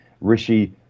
Rishi